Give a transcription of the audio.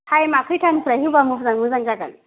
टाइमा खैटानिफ्राय होबा मोजां जागोन